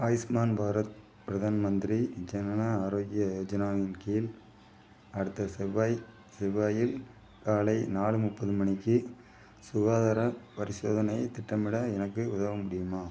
ஆயுஷ்மான் பாரத் பிரதான் மந்திரி ஜனன ஆரோக்ய யோஜனா இன் கீழ் அடுத்த செவ்வாய் செவ்வாயில் காலை நாலு முப்பது மணிக்கு சுகாதாரப் பரிசோதனை திட்டமிட எனக்கு உதவ முடியுமா